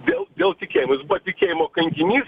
dėl dėl tikėjimo jis buvo tikėjimo kankinys